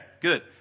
good